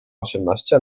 osiemnaście